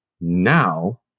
Now